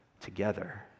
Together